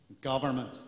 government